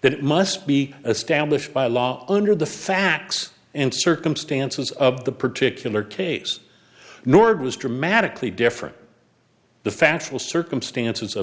that it must be established by law under the facts and circumstances of the particular case nord was dramatically different the factual circumstances